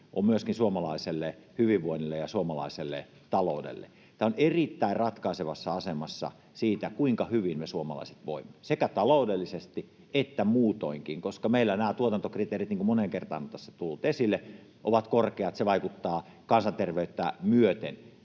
on myöskin suomalaiselle hyvinvoinnille ja suomalaiselle taloudelle. Tämä on erittäin ratkaisevassa asemassa siinä, kuinka hyvin me suomalaiset voimme sekä taloudellisesti että muutoinkin, koska meillä tuotantokriteerit, niin kuin moneen kertaan tässä on tullut esille, ovat korkeat. Se vaikuttaa kansanterveyttä myöten